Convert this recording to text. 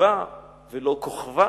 כוזיבא ולא כוכבא,